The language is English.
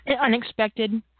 unexpected